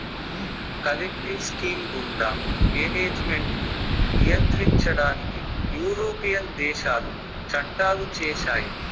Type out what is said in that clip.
collective scheme గుండా management ను నియంత్రించడానికి యూరోపియన్ దేశాలు చట్టాలు చేశాయి